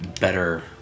better